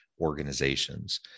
organizations